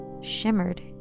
shimmered